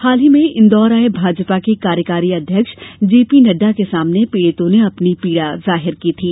हाल ही में इंदौर आये भाजपा के कार्यकारी अध्यक्ष जेपी नडडा के सामने पीड़ितों ने अपनी पीड़ा जाहिर की थी